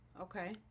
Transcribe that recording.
okay